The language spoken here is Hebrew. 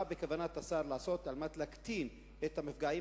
מה בכוונת השר לעשות על מנת להקטין את המפגעים